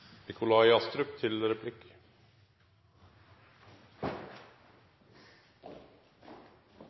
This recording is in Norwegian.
Nikolai Astrup